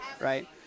right